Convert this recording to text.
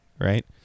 right